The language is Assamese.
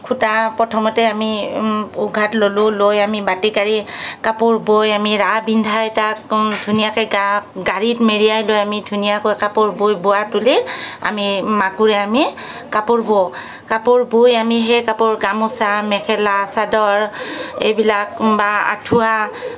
কাপোৰ বৈ আমি ৰাহ বিন্ধাই তাক কওঁ ধুনীয়াকৈ গাত গাড়ীত মেৰিয়াই লৈ আমি ধুনীয়াকৈ কাপোৰ বৈ বোৱা তুলি আমি মাকোৰে আমি কাপোৰ বওঁ কাপোৰ বৈ আমি সেই কাপোৰ গামোচা মেখেলা চাদৰ এইবিলাক বা আঁঠুৱা